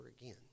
again